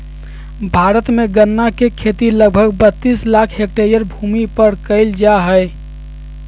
भारत में गन्ना के खेती लगभग बत्तीस लाख हैक्टर भूमि पर कइल जा हइ